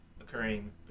occurring